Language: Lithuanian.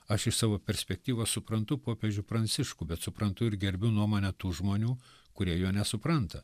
aš iš savo perspektyvos suprantu popiežių pranciškų bet suprantu ir gerbiu nuomonę tų žmonių kurie jo nesupranta